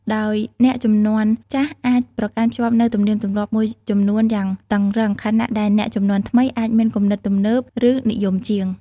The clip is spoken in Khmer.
ដោយអ្នកជំនាន់ចាស់អាចប្រកាន់ខ្ជាប់នូវទំនៀមទម្លាប់មួយចំនួនយ៉ាងតឹងរ៉ឹង ខណៈដែលអ្នកជំនាន់ថ្មីអាចមានគំនិតទំនើប ឬនិយមជាង។